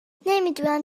نمیدونم